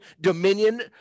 dominion